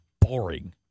boring